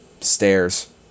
stairs